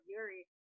Yuri